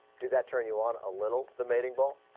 did that turn you on a little the medieval